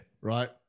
Right